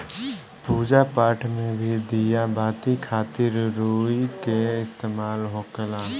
पूजा पाठ मे भी दिया बाती खातिर रुई के इस्तेमाल होखेला